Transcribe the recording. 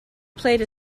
played